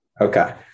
Okay